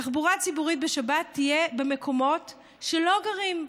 תחבורה ציבורית בשבת תהיה במקומות שלא גרים,